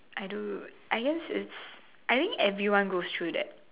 I do I guess it's I think everyone goes through that